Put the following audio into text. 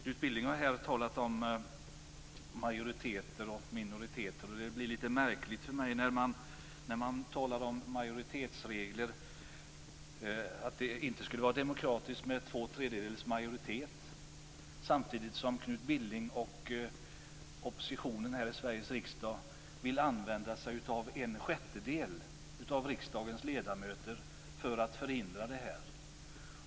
Knut Billing har här talat om majoriteter och minoriteter. Det blir lite märkligt för mig när man talar om majoritetsregler och att det inte skulle vara demokratiskt med tvåtredjedels majoritet. Samtidigt vill Knut Billing och oppositionen här i Sveriges riksdag använda sig av en sjättedel av riksdagens ledamöter för att förhindra detta.